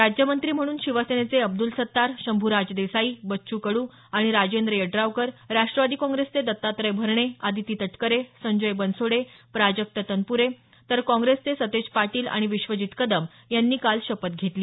राज्यमंत्री म्हणून शिवसेनेचे अब्दुल सत्तार शंभूराज देसाई बच्चू कडू आणि राजेंद्र यड्रावकर राष्ट्रवादी काँप्रेसचे दत्तात्रय भरणे आदिती तटकरे संजय बनसोडे प्राजक्त तनपूरे तर काँग्रेसचे सतेज पाटील आणि विश्वजीत कदम यांनी काल शपथ घेतली